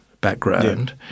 background